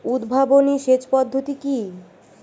উদ্ভাবনী সেচ পদ্ধতি কি?